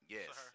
Yes